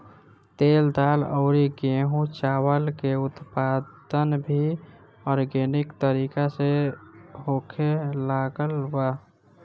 तेल, दाल अउरी गेंहू चावल के उत्पादन भी आर्गेनिक तरीका से होखे लागल बा